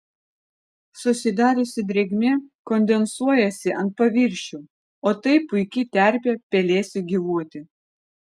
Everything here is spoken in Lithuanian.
susidariusi drėgmė kondensuojasi ant paviršių o tai puiki terpė pelėsiui gyvuoti